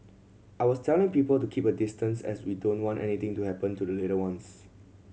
I was telling people to keep a distance as we don't want anything to happen to the little ones